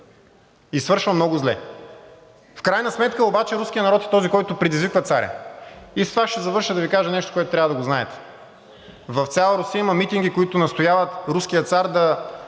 и свършва много зле. В крайна сметка обаче руският народ е този, който предизвиква царя, и с това ще завърша, да Ви кажа нещо, което трябва да знаете. В цяла Русия има митинги, които настояват руският цар да